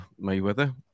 Mayweather